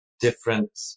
different